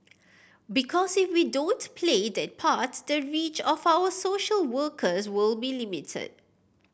because if we don't play that part the reach of our social workers will be limited